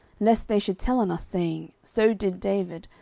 lest they should tell on us, saying, so did david,